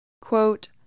Quote